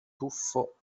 tuffo